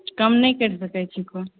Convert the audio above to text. कम नहि करि देतै छिकहो